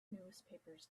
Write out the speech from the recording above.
newspapers